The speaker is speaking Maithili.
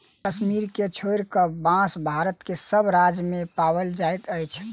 कश्मीर के छोइड़ क, बांस भारत के सभ राज्य मे पाओल जाइत अछि